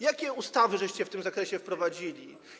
Jakie ustawy żeście w tym zakresie wprowadzili?